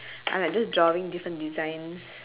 I like just drawing different designs